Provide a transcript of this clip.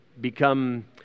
become